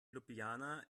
ljubljana